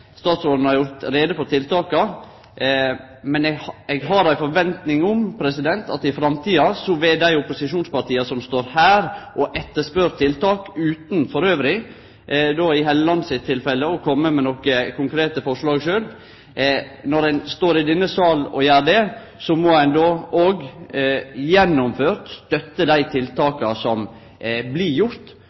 statsråden har gjort greie for tiltaka. Eg har ei forventing om at i framtida vil dei opposisjonspartia som står her i salen og spør etter tiltak utan sjølv, i Hofstad Hellelands tilfelle, å kome med konkrete forslag, gjennomført stø dei tiltaka som blir